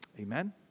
Amen